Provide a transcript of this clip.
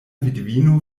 vidvino